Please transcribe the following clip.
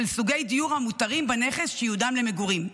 של סוגי דיור המותרים בנכס שייעודם למגורים,